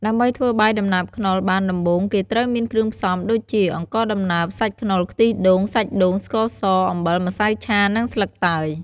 ដើម្បីធ្វើបាយដំណើបខ្នុរបានដំបូងគេត្រូវមានគ្រឿងផ្សំដូចជា អង្ករដំណើប សាច់ខ្នុរ ខ្ទិះដូង សាច់ដូង ស្ករស អំបិល ម្សៅឆា និងស្លឹកតើយ។